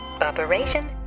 Operation